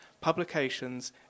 publications